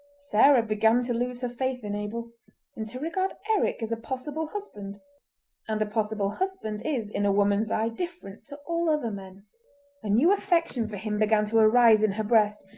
sarah began to lose her faith in abel and to regard eric as a possible husband and a possible husband is in a woman's eye different to all other men. a new affection for him began to arise in her breast,